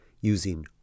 using